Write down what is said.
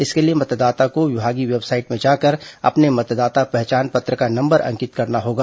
इसके लिए मतदाता को विभागीय वेबसाइट में जाकर अपने मतदाता पहचान पत्र का नंबर अंकित करना होगा